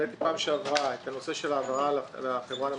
בפעם שעברה העליתי את הנושא של ההעברה לחברה למתנסים.